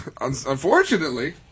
Unfortunately